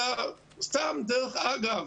אלא, סתם, דרך אגב,